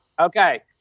Okay